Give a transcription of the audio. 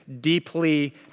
deeply